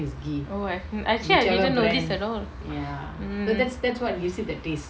oh I actually I didn't notice at all mm